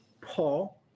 Paul